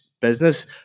business